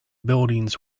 buildings